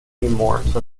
morse